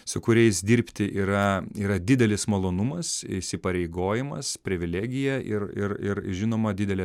su kuriais dirbti yra yra didelis malonumas įsipareigojimas privilegija ir ir ir žinoma didelė